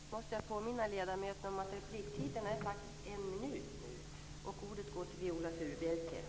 Jag måste påminna ledamöterna om att repliktiden nu faktiskt är en minut.